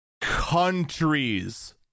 countries